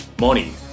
money